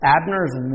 Abner's